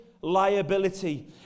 liability